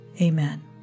Amen